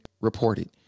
reported